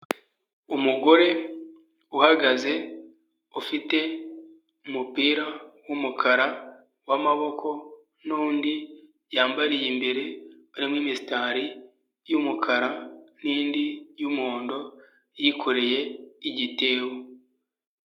Umugore uhagaze ufite umupira w'umukara w'amaboko n'undi yambariye imbere arimo imisitari y'umukara n'indi y'umuhondo, yikoreye igitebo.